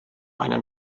eine